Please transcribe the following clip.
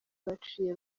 baciye